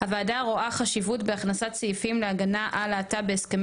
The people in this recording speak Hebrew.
3. הוועדה רואה חשיבות בהכנסת סעיפים להגנה על להט"ב בהסכמי